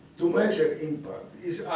to measure impact is